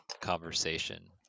conversation